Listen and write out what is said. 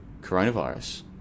coronavirus